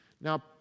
Now